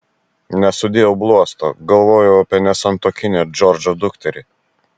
nesudėjau bluosto galvojau apie nesantuokinę džordžo dukterį